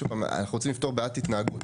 שוב פעם, אנחנו רוצים לפתור בעיית התנהגות.